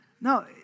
No